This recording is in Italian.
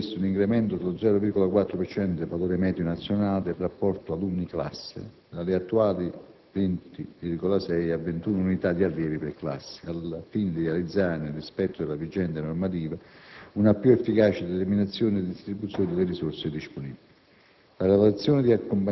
tra i vari interventi è stato previsto un incremento dello 0,4 per cento del valore medio nazionale del rapporto alunni-classe (dalle attuali 20,6 a 21 unità di allievi per classe) al fine di realizzare, nel rispetto della vigente normativa, una più efficace determinazione e distribuzione delle risorse disponibili.